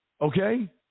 Okay